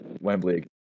Wembley